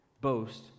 boast